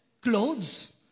clothes